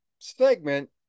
segment